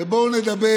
ובואו נדבר.